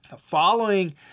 Following